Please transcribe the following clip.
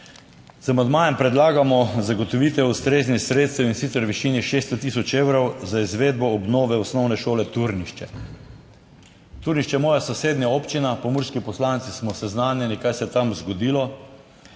Z amandmajem predlagamo zagotovitev ustreznih sredstev in sicer v višini 600000 evrov za izvedbo obnove osnovne šole Turnišče. Turnišče je moja sosednja občina. Pomurski poslanci smo seznanjeni, kaj se je tam zgodilo.